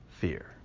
fear